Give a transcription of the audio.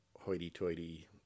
hoity-toity